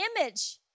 image